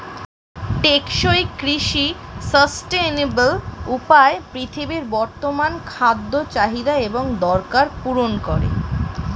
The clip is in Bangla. টেকসই কৃষি সাস্টেইনেবল উপায়ে পৃথিবীর বর্তমান খাদ্য চাহিদা এবং দরকার পূরণ করে